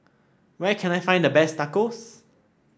where can I find the best Tacos